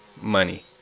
money